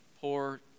poor